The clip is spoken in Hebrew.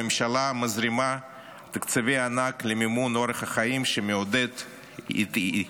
הממשלה מזרימה תקציבי ענק למימון אורח חיים שמעודד אי-תעסוקה.